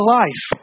life